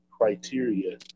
criteria